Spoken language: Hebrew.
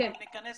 אנחנו ניכנס